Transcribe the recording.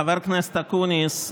חבר הכנסת אקוניס,